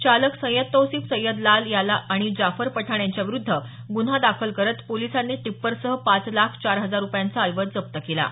चालक सय्यद तौसिफ सय्यद लाल आणि जाफर पठाण यांच्याविरूध्द गुन्हा दाखल करत पोलीसांनी टिप्परसह पाच लाख चार हजारांचा ऐवज जप्त केला आहे